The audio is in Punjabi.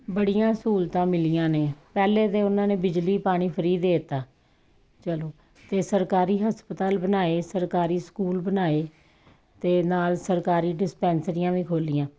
ਬੜੀਆਂ ਸਹੂਲਤਾਂ ਮਿਲੀਆਂ ਨੇ ਪਹਿਲਾਂ ਤਾਂ ਉਹਨਾਂ ਨੇ ਬਿਜਲੀ ਪਾਣੀ ਫਰੀ ਦੇ ਤਾ ਚੱਲੋ ਅਤੇ ਸਰਕਾਰੀ ਹਸਪਤਾਲ ਬਣਾਏ ਸਰਕਾਰੀ ਸਕੂਲ ਬਣਾਏ ਅਤੇ ਨਾਲ ਸਰਕਾਰੀ ਡਿਸਪੈਂਸਰੀਆਂ ਵੀ ਖੋਲ੍ਹੀਆਂ